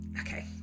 okay